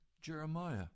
Jeremiah